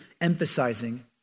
emphasizing